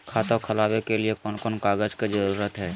खाता खोलवे के लिए कौन कौन कागज के जरूरत है?